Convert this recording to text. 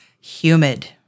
Humid